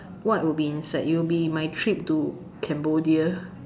what will be inside it will be my trip to Cambodia